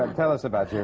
tell us about yeah